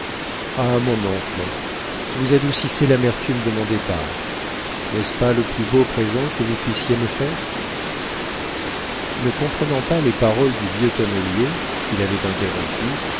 ah mon oncle vous adoucissez l'amertume de mon départ n'est-ce pas le plus beau présent que vous puissiez me faire ne comprenant pas les paroles du vieux tonnelier qu'il avait interrompu